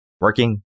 working